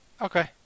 Okay